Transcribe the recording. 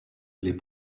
les